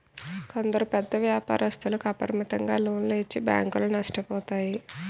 కొందరు పెద్ద వ్యాపారస్తులకు అపరిమితంగా లోన్లు ఇచ్చి బ్యాంకులు నష్టపోతాయి